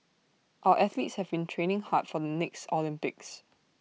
our athletes have been training hard for the next Olympics